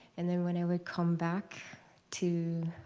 and then, when i would come back to